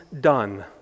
done